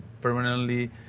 permanently